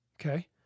Okay